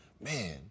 Man